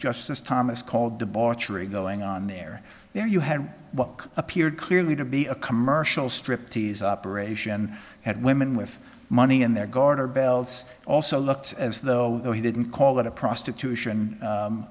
justice thomas called debauchery going on there there you had what appeared clearly to be a commercial strip tease operation had women with money in their garter belts also looked as though he didn't call it a prostitution